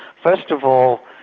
first of all,